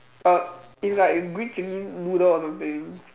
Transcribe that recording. uh it's like green chili noodle or something